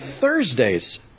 Thursday's